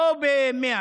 לא 100,